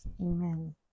Amen